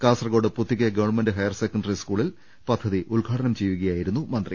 Kasaragod Puthige government higher secondary സ്കൂളിൽ പദ്ധതി ഉദ്ഘാ ടനം ചെയ്യുകയായിരുന്നു മന്ത്രി